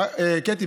קטי,